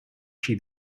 she